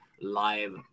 live